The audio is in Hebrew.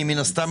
מן הסתם,